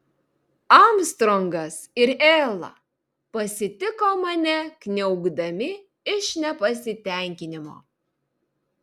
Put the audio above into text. armstrongas ir ela pasitiko mane kniaukdami iš nepasitenkinimo